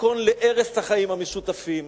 מתכון להרס החיים המשותפים.